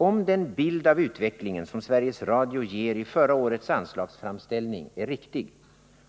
Om den bild av utvecklingen som Sveriges Radio ger i förra årets anslagsframställning är riktig,